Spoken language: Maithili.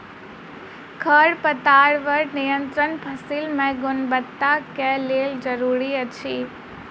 खरपतवार नियंत्रण फसील के गुणवत्ताक लेल जरूरी अछि